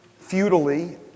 futilely